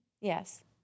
yes